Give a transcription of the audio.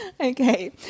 Okay